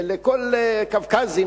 לקווקזים,